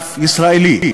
פרגרף ישראלי.